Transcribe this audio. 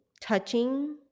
touching